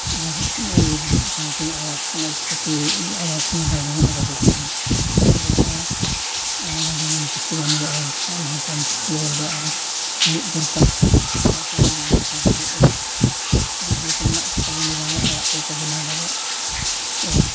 ᱟᱨ ᱱᱚᱜᱼᱚᱸᱭ ᱡᱟᱦᱟᱸ ᱛᱤᱱᱟᱹᱜ ᱟᱵᱟᱥ ᱠᱚ ᱯᱤ ᱮᱢ ᱟᱵᱟᱥ ᱡᱮᱢᱚᱱ ᱚᱰᱳᱠ ᱟᱠᱟᱱᱟ ᱟᱵᱚᱣᱟᱜ ᱟᱵᱟᱥ ᱚᱱᱟ ᱦᱚᱸ ᱡᱮᱢᱚᱱ ᱠᱤᱪᱷᱩ ᱜᱟᱱ ᱜᱮ ᱚᱰᱳᱠ ᱟᱠᱟᱱᱟ ᱚᱱᱟ ᱦᱚᱸ ᱯᱚᱧᱪᱟᱭᱮᱛ ᱞᱮᱵᱷᱮᱞ ᱨᱮ ᱟᱨᱳ ᱦᱩᱭᱩᱜ ᱫᱚᱨᱠᱟᱨ ᱪᱮᱫᱟᱜ ᱥᱮ ᱟᱹᱰᱤ ᱜᱟᱱ ᱨᱮᱸᱜᱮᱡ ᱚᱲᱟᱜ ᱦᱚᱲ ᱨᱮᱸᱜᱮᱡ ᱦᱚᱲ ᱠᱚ ᱢᱮᱱᱟᱜ ᱠᱚ ᱛᱟᱵᱚᱢᱱᱟ ᱡᱟᱦᱟᱸᱭ ᱚᱲᱟᱜ ᱠᱚ ᱵᱟᱠᱚ ᱵᱮᱱᱟᱣ ᱫᱟᱲᱮᱭᱟᱜ ᱠᱟᱱᱟ ᱚᱲᱟᱜ